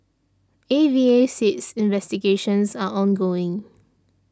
A V A says investigations are ongoing